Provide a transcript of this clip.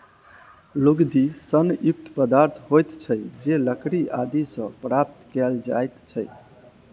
लुगदी सन युक्त पदार्थ होइत छै जे लकड़ी आदि सॅ प्राप्त कयल जाइत छै